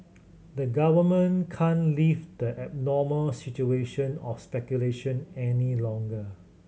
the government can't leave the abnormal situation of speculation any longer